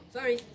Sorry